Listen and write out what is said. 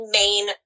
main